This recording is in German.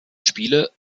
spiele